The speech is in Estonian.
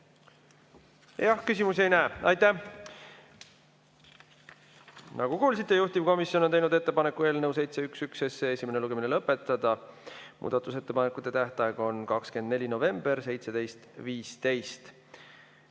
Küsimusi ei näe. Aitäh! Nagu kuulsite, juhtivkomisjon on teinud ettepaneku eelnõu 711 esimene lugemine lõpetada. Muudatusettepanekute tähtaeg on 24. novembril kell 17.15.